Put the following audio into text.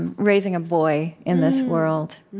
and raising a boy in this world.